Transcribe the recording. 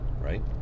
right